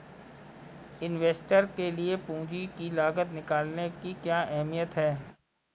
Investor के लिए पूंजी की लागत निकालने की क्या अहमियत है?